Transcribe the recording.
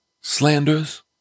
slanders